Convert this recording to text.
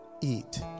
eat